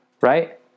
Right